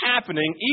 happening